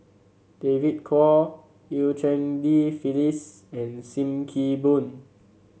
David Kwo Eu Cheng Li Phyllis and Sim Kee Boon